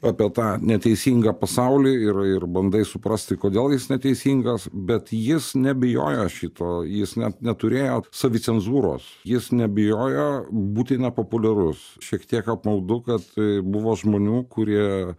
apie tą neteisingą pasaulį ir ir bandai suprasti kodėl jis neteisingas bet jis nebijojo šito jis net neturėjo savicenzūros jis nebijojo būti nepopuliarus šiek tiek apmaudu kad buvo žmonių kurie